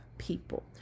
people